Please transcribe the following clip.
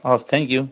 हवस् thank you